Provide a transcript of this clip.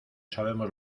sabemos